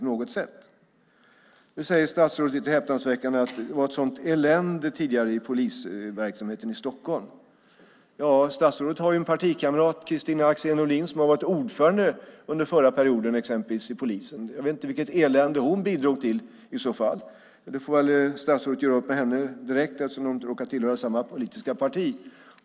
Lite häpnadsväckande säger nu statsrådet att det tidigare har varit ett sådant elände i polisverksamheten i Stockholm. Ja, statsrådet har ju en partikamrat, Kristina Axén Olin, som under förra perioden exempelvis varit ordförande inom polisen. Jag vet inte vilket elände hon i så fall bidrog till, men statsrådet får väl göra upp om det med henne direkt eftersom ni råkar tillhöra samma politiska parti.